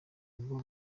rugo